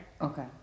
Okay